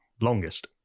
longest